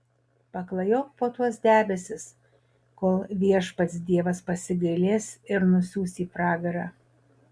paklajok po tuos debesis kol viešpats dievas pasigailės ir nusiųs į pragarą